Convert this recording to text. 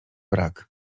brak